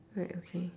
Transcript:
right okay